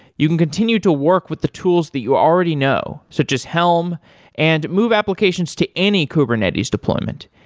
you can continue to work with the tools that you already know, such as helm and move applications to any kubernetes deployment.